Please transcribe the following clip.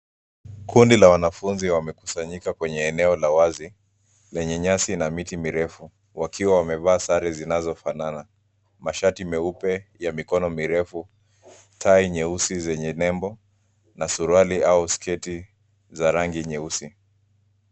Kundi la wanafunzi wamekusanyika kwenye eneo la wazi, lenye nyasi na miti mirefu wakiwa wamevaa sare zinazofanana. Mashati meupe ya mikono mirefu, tai nyeusi zenye nebo na suruali au sketi za rangi nyeusi.